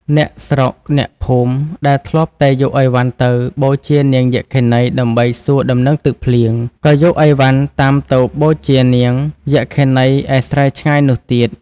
អ្នកស្រុកអ្នកភូមិ ដែលធ្លាប់តែយកឥវ៉ាន់ទៅ បូជានាងយក្ខិនីដើម្បីសួរដំណឹងទឹកភ្លៀង ក៏យកឥវ៉ាន់តាមទៅបូជានាងយក្ខិនី ឯស្រែឆ្ងាយនោះទៀត។